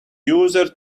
user